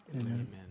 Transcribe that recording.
Amen